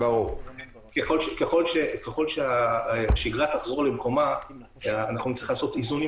ככל שהשגרה תחזור נצטרך לעשות איזונים